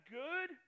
good